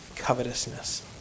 covetousness